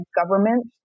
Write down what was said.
government